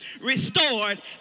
restored